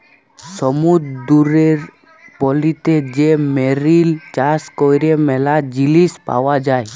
সমুদ্দুরের পলিতে যে মেরিল চাষ ক্যরে ম্যালা জিলিস পাওয়া যায়